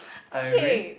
I agree